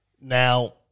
Now